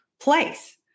place